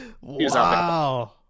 Wow